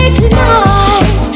tonight